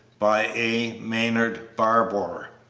by a. maynard barbour